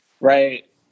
Right